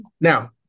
Now